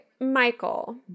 Michael